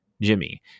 Jimmy